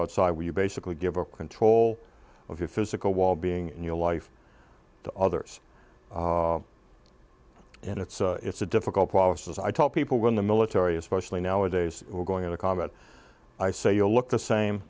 outside where you basically give up control of your physical wall being in your life to others and it's it's a difficult process i tell people when the military especially nowadays we're going to combat i say you know look the same